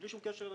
בלי שום קשר.